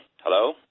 Hello